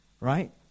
right